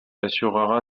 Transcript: assurera